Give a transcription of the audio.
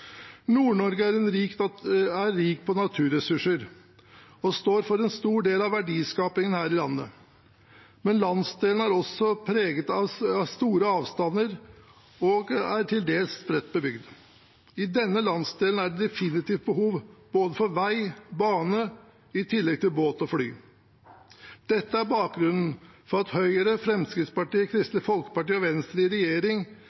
er rik på naturressurser og står for en stor del av verdiskapingen her i landet. Men landsdelen er også preget av store avstander og er til dels spredt bebygd. I denne landsdelen er det definitivt behov for både vei og bane i tillegg til båt og fly. Dette er bakgrunnen for at Høyre, Fremskrittspartiet, Kristelig Folkeparti og Venstre i regjering